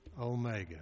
Omega